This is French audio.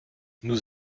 nous